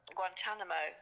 Guantanamo